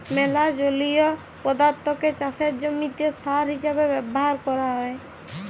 ম্যালা জলীয় পদাথ্থকে চাষের জমিতে সার হিসেবে ব্যাভার ক্যরা হ্যয়